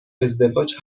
ازدواج